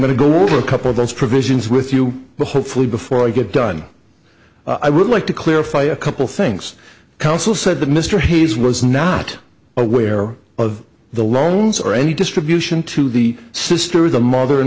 going to go over a couple of those provisions with you but hopefully before i get done i would like clear to a couple things counsel said that mr hayes was not aware of the loans or any distribution to the sister or the mother and